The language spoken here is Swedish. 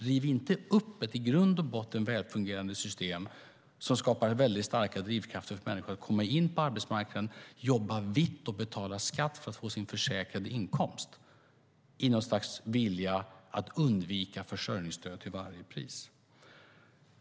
Riv inte upp ett i grund och botten välfungerande system som skapar starka drivkrafter för människor att komma in på arbetsmarknaden, jobba vitt och betala skatt för att få sin försäkrade inkomst i något slags vilja att undvika försörjningsstöd till varje pris!